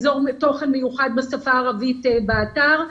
אזור תוכן מיוחד בשפה הערבית באתר.